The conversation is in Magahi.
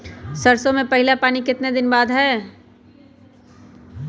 सरसों में पहला पानी कितने दिन बाद है?